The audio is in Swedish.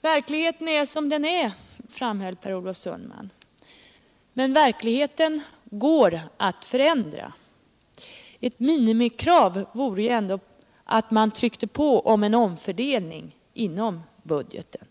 Verkligheten är som den är, framhöll Per Olof Sundman. Men verkligheten går att förändra. Ett minimikrav vore ändå att man tryckte på en omfördelning inom budgeten.